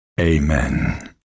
Amen